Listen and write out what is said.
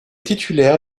titulaire